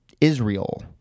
Israel